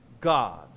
God